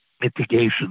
mitigation